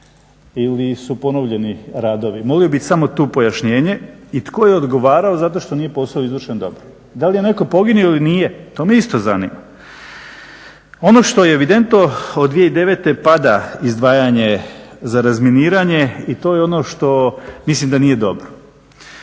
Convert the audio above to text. ili su ponovljeni radovi. Molio bih samo tu pojašnjenje i tko je odgovarao zato što nije posao izvršen dobro. Da li je netko poginuo ili nije, to me isto zanima. Ono što je evidentno, od 2009. pada izdvajanje za razminiranje i to je ono što mislim da nije dobro.